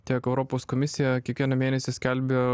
tiek europos komisija kiekvieną mėnesį skelbia